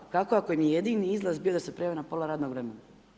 Kako ako im je jedini izlaz bio da se prijave na pola radnog vremena?